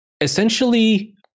essentially